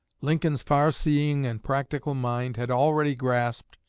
lincoln's far-seeing and practical mind had already grasped,